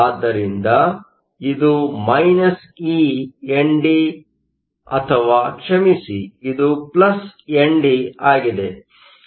ಆದ್ದರಿಂದ ಇದು eND ಅಥವಾ ಕ್ಷಮಿಸಿ ಇದು ND ಆಗಿದೆ